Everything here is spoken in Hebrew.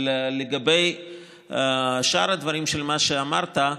אבל לגבי שאר הדברים שאמרת,